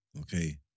Okay